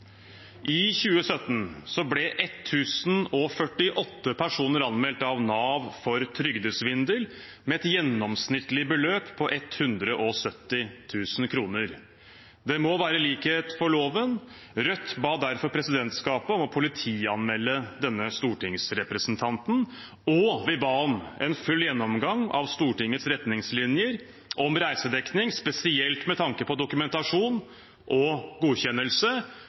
I 2017 ble 1 048 personer anmeldt av Nav for trygdesvindel, med et gjennomsnittlig beløp på 170 000 kr. Det må være likhet for loven. Rødt ba derfor presidentskapet om å politianmelde denne stortingsrepresentanten, og vi ba om en full gjennomgang av Stortingets retningslinjer for reisedekning, spesielt med tanke på dokumentasjon og godkjennelse.